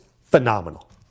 phenomenal